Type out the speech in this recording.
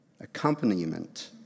Accompaniment